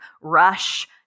rush